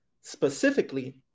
Specifically